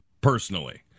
personally